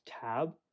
tab